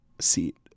seat